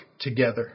together